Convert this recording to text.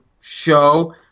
show